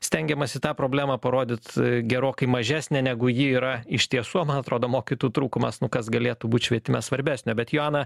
stengiamasi tą problemą parodyt gerokai mažesnę negu ji yra iš tiesų o man atrodo mokytų trūkumas nu kas galėtų būt švietime svarbesnio bet jona